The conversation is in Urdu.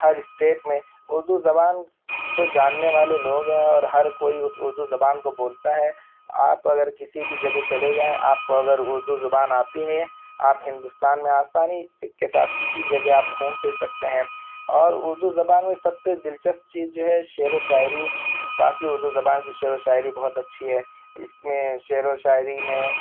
ہر اسٹیٹ میں اردو زبان کو جاننے والے لوگ ہیں اور ہر کوئی اس اردو زبان کو بولتا ہے آپ اگر کسی بھی جگہ چلے جائیں آپ کو اگر اردو زبان آتی ہے آپ ہندوستان میں آسانی سے کے ساتھ کسی بھی جگہ آپ گھوم پھر سکتے ہیں اور اردو زبان میں سب سے دلچسپ چیز جو ہے شعر و شاعری باقی اردو زبان کی شعر و شاعری بہت اچّھی ہے اس میں شعر و شاعری میں